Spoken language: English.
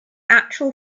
actual